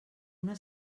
una